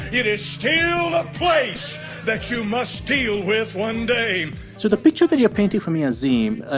it is still a place that you must deal with one day so the picture that you're painting for me, azim,